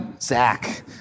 Zach